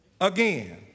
Again